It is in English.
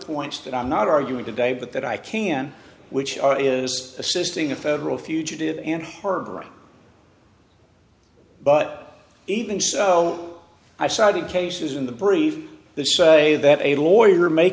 points that i'm not arguing today but that i can which is assisting a federal fugitive and harboring but even so i cited cases in the brief the say that a lawyer may